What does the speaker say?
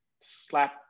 slap